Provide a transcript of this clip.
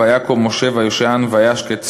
ויקם משה ויושען וישק את צאנם".